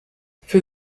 für